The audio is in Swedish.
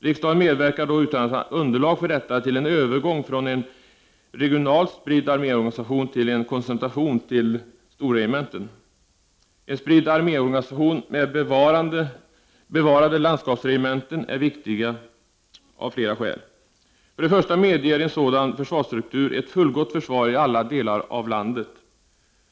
Riksdagen medverkar då — utan att ha underlag för detta — till en övergång från en regionalt spridd arméorganisation till en koncentration till storregementen. En spridd arméorganisation med bevarade landskapsregementen är viktig av flera skäl. För det första medger en sådan försvarsstruktur ett fullgott försvar i alla delar av landet.